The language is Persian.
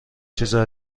چیزا